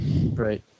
Right